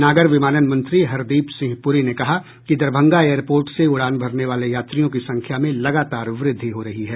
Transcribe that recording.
नागर विमानन मंत्री हरदीप सिंह पुरी ने कहा कि दरभंगा एयरपोर्ट से उड़ान भरने वाले यात्रियों की संख्या में लगातार वृद्धि हो रही है